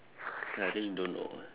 I really don't know eh